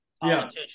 politicians